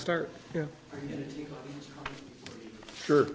start yeah sure